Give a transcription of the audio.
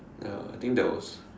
ya I think that was